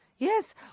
Yes